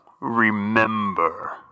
Remember